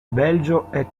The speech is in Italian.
belgio